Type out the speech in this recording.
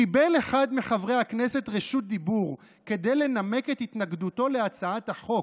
"קיבל אחד מחברי הכנסת רשות דיבור כדי לנמק את התנגדותו להצעת החוק,